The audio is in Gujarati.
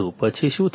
પછી શું થશે